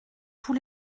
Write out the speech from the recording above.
tous